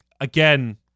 again